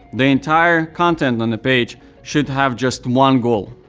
the entire content on the page should have just one goal,